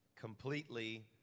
completely